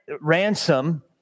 ransom